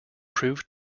proved